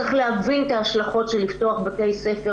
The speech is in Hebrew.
צריך להבין את ההשלכות של פתיחת בתי ספר